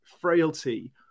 frailty